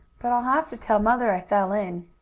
but i'll have to tell mother i fell in.